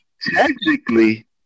technically